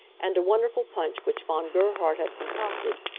and a wonderful punch which von gerhard had concocted,